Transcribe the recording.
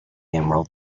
emerald